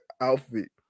outfit